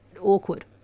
awkward